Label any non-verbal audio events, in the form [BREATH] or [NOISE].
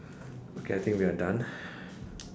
okay I think we are done [BREATH]